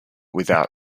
without